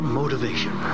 motivation